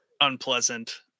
unpleasant